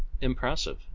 Impressive